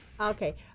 Okay